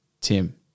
Tim